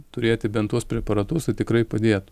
turėti bent tuos preparatus tai tikrai padėtų